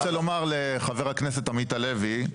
אני רוצה לומר לחבר הכנסת עמית הלוי,